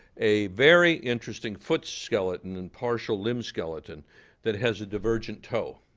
a very interesting foot skeleton and partial limb skeleton that has a divergent toe.